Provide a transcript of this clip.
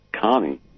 Connie